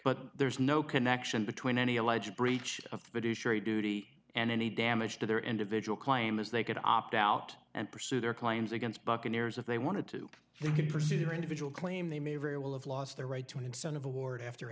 but there's no connection between any alleged breach of the british or a duty and any damage to their individual claim as they could opt out and pursue their claims against buccaneers if they wanted to they could pursue their individual claim they may very well have lost their right to an incentive award after